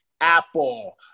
Apple